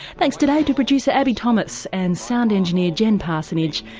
thanks today to producer abbie thomas and sound engineer jen parsonage,